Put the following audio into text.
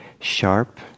sharp